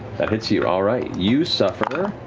that hits you. all right, you suffer